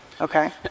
Okay